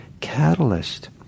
catalyst